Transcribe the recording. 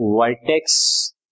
vertex